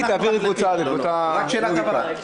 רק שאלת הבהרה.